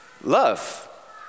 love